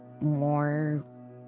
more